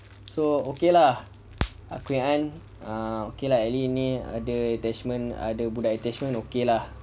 so okay lah aku ingatkan ah okay lah at least ni ada attachment ada budak attachment okay lah